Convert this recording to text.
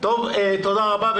תודה רבה.